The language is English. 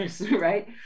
right